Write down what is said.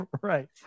Right